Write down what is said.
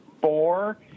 four